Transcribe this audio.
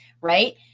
right